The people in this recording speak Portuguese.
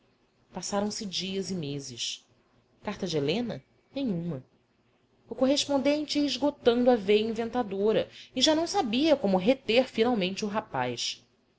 passaram-se dias e meses carta de helena nenhuma o correspondente ia esgotando a veia inventadora e já não sabia como reter finalmente o rapaz